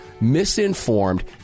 misinformed